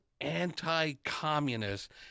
anti-communist